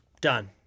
done